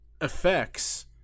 effects